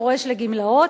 פורש לגמלאות,